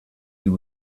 you